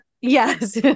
Yes